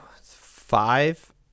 Five